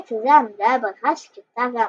בקיץ הזה עמדה הברכה שקטה ועמקה,